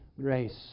grace